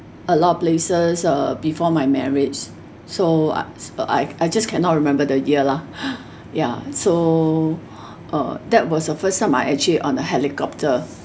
a lot of places uh before my marriage so uh I I just cannot remember the year lah ya so uh that was the first time I actually on a helicopter